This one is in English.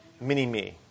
mini-me